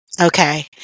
Okay